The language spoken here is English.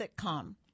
sitcom